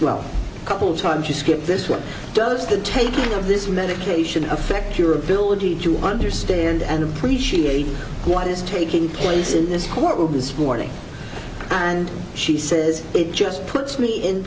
well a couple times you skipped this what does the taking of this medication affect your ability to understand and appreciate what is taking place in this courtroom this morning and she says it just puts me in